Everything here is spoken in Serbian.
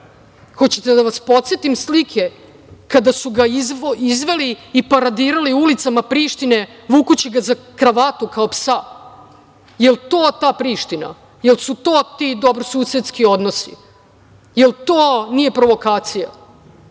Hoćete da vas podsetim slike kada su ga izveli i paradirali ulicama Prištine, vukući ga za kravatu kao psa. Jel, to ta Priština, jel, su to ti dobrosusedski odnosi? Jel, to, nije provokacija.